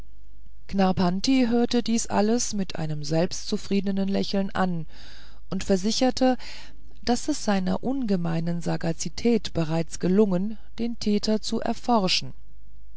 knarrpanti hörte dies alles mit einem selbstzufriedenen lächeln an und versicherte daß es seiner ungemeinen sagazität bereits gelungen den täter zu erforschen